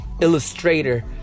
Illustrator